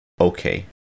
okay